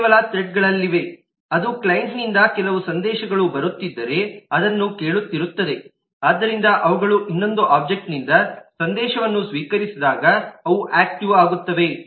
ಅವು ಕೇವಲ ಥ್ರೆಡ್ಗಳಲ್ಲಿವೆ ಅದು ಕ್ಲೈಂಟ್ನಿಂದ ಕೆಲವು ಸಂದೇಶಗಳು ಬರುತ್ತಿದ್ದರೆ ಅದನ್ನು ಕೇಳುತ್ತಿರುತ್ತವೆ ಆದ್ದರಿಂದ ಅವುಗಳು ಇನ್ನೊಂದು ಒಬ್ಜೆಕ್ಟ್ನಿಂದ ಸಂದೇಶವನ್ನು ಸ್ವೀಕರಿಸಿದಾಗ ಅವು ಆಕ್ಟಿವ್ ಆಗುತ್ತವೆ